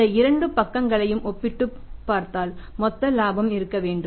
இந்த இரண்டு பக்கங்களையும் ஒப்பிட்டுப் பார்த்தால் மொத்த லாபம் இருக்க வேண்டும்